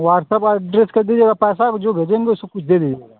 WhatsApp address कर दीजिएगा पैसा जो भेजेंगे उसको कुछ दे दीजिएगा